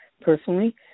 personally